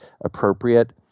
appropriate